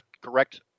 correct